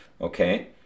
okay